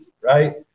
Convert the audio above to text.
Right